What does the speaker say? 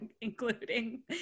including